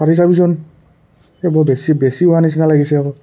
পাতি চাবিচোন এই বোৰ বেছি বেছি হোৱাৰ নিচিনা লাগিছে আক'